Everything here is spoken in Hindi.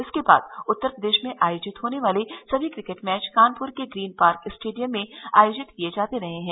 इसके बाद उत्तर प्रदेश में आयोजित होने वाले सभी क्रिकेट मैच कानपुर के ग्रीन पार्क स्टेडियम में आयोजित किये जाते रहे हैं